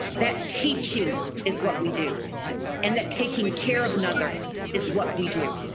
that teaching is what we do and that taking care of another is what we do.